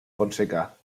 fonseca